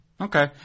Okay